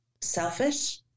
selfish